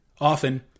Often